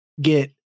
get